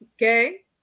okay